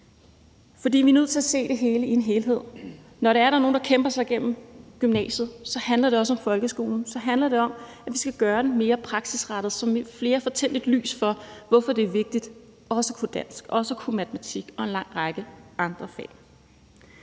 her. Vi er nødt til at se det hele i en helhed. Når det er, at der er nogen, der kæmper sig igennem gymnasiet, handler det også om folkeskolen, og så handler det om, at vi skal gøre den mere praksisrettet, så flere får tændt et lys, i forhold til hvorfor det er vigtigt også at kunne dansk, også at kunne matematik og en lang række andre fag.